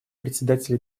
председателя